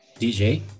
dj